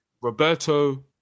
Roberto